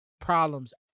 problems